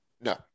No